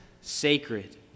sacred